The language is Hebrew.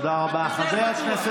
אין דין ואין דיין.